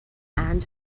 and